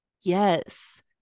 Yes